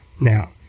Now